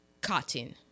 cotton